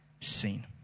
seen